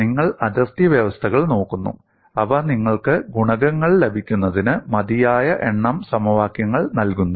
നിങ്ങൾ അതിർത്തി വ്യവസ്ഥകൾ നോക്കുന്നു അവ നിങ്ങൾക്ക് ഗുണകങ്ങൾ ലഭിക്കുന്നതിന് മതിയായ എണ്ണം സമവാക്യങ്ങൾ നൽകുന്നു